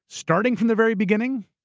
starting from the very beginning,